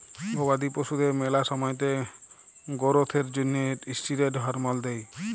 গবাদি পশুদের ম্যালা সময়তে গোরোথ এর জ্যনহে ষ্টিরেড হরমল দেই